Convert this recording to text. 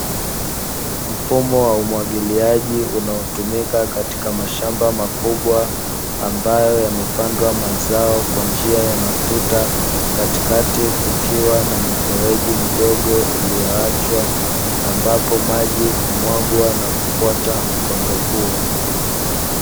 Mfumo wa umwagiliaji unaotumika katika mashamba makubwa, ambayo yamepandwa mazao kwa njia ya matuta, katikati kukiwa na mifereji midogo iliyoachwa; ambapo maji humwagwa na kufuata mkondo huo.